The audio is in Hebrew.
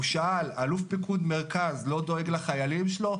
הוא שאל: אלוף פיקוד מרכז לא דואג לחיילים שלו?